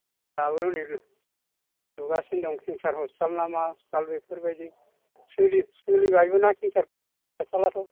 दाबो हनै लुगासिनो दं केन्सार हस्पिटाल ना मा हस्पिटाल बेफोरबायदि सोलिबाय बो ना केन्सार हस्पिटालाथ'